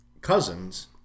cousins